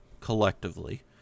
collectively